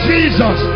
Jesus